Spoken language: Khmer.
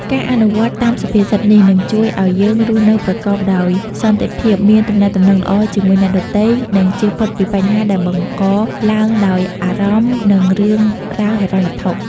ការអនុវត្តតាមសុភាសិតនេះ នឹងជួយឲ្យយើងរស់នៅប្រកបដោយសន្តិភាព មានទំនាក់ទំនងល្អជាមួយអ្នកដទៃ និងជៀសផុតពីបញ្ហាដែលបង្កឡើងដោយអារម្មណ៍ និងរឿងរ៉ាវហិរញ្ញវត្ថុ។